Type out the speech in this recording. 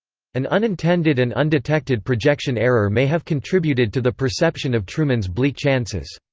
an unintended and undetected projection error may have contributed to the perception of truman's bleak chances.